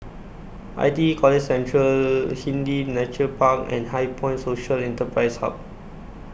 I T E College Central Hindhede Nature Park and HighPoint Social Enterprise Hub